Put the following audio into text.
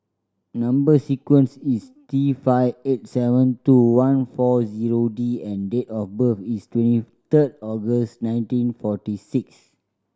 number sequence is T five eight seven two one four zero D and date of birth is twenty third August nineteen forty six